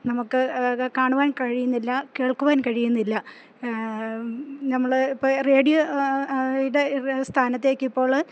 നമുക്ക് കാണുവാൻ കഴിയുന്നില്ല കേൾക്കുവാൻ കഴിയുന്നില്ല നമ്മളിപ്പോള് റേഡിയോയുടെ സ്ഥാനത്തേക്ക് ഇപ്പോള്